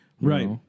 Right